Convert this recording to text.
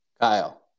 Kyle